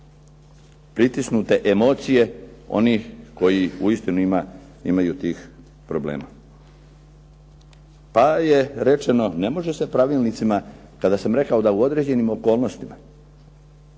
pritisnute emocije onih koji uistinu imaju problema s tim. Pa je rečeno, ne može se pravilnicima kada sam rekao da u određenim okolnostima,